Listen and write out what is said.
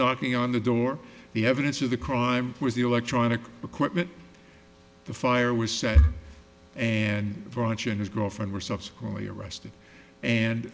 knocking on the door the evidence of the crime was the electronic equipment the fire was set and branch and his girlfriend were subsequently arrested and